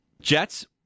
Jets